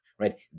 right